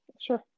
Sure